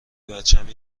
بچم